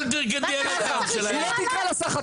את לא תקראי לשר חצוף,